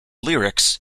lyrics